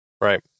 Right